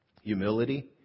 Humility